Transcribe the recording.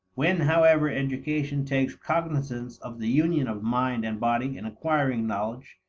when, however, education takes cognizance of the union of mind and body in acquiring knowledge,